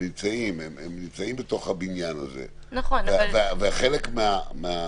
הם בתוך הבניין הזה ואתם יוצאים מהנחה